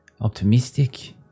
optimistic